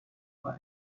for